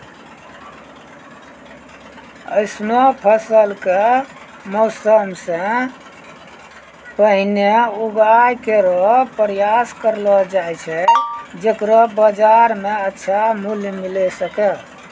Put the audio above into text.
ऑसनो फसल क मौसम सें पहिने उगाय केरो प्रयास करलो जाय छै जेकरो बाजार म अच्छा मूल्य मिले सके